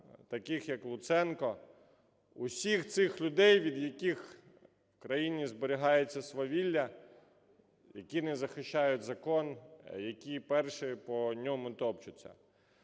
таких як Луценко – усіх цих людей, від яких в країні зберігається свавілля, які не захищають закон, які перші по ньому топчуться.